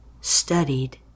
studied